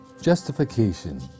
Justification